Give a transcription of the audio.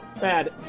Bad